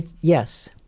Yes